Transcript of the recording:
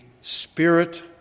spirit